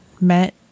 met